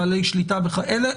בעלי שליטה וכאלה.